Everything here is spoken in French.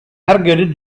marguerite